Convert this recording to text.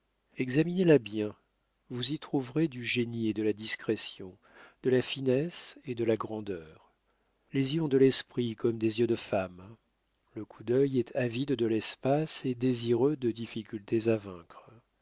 examinez-la bien vous y trouverez du génie et de la discrétion de la finesse et de la grandeur les yeux ont de l'esprit comme des yeux de femme le coup d'œil est avide de l'espace et désireux de difficultés à vaincre